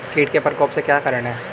कीट के प्रकोप के क्या कारण हैं?